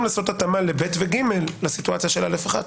לעשות התאמה ל-(ב) ו-(ג) לסיטואציה של א(1).